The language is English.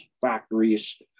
factories